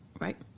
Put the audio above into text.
Right